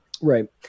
Right